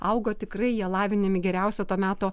augo tikrai jie lavinami geriausių to meto